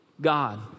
God